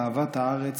אהבת הארץ,